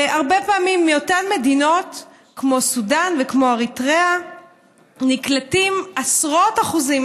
והרבה פעמים מאותן מדינות כמו סודאן וכמו אריתריאה נקלטים עשרות אחוזים.